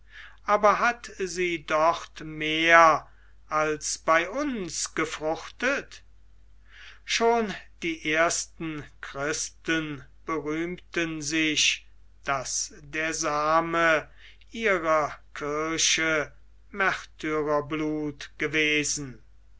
aber hat sie dort mehr als bei uns gefruchtet schon die ersten christen berühmten sich daß der same ihrer kirche märtyrerblut gewesen